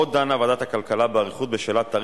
ועדת הכלכלה, נא לעלות על מנת להמשיך